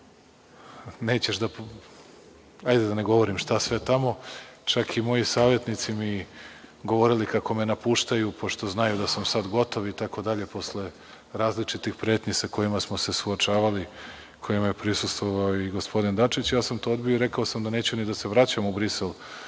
meni govorili da ne govorim šta sve tamo. Čak su mi i moji savetnici govorili kako me napuštaju, pošto znaju da sam gotov itd. posle različitih pretnji sa kojima smo se suočavali, kojima je prisustvovao i gospodin Dačić. Ja sam to odbio i rekao sam da neću ni da se vraćam u Brisel